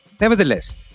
Nevertheless